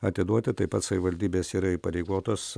atiduoti taip pat savivaldybės yra įpareigotos